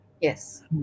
Yes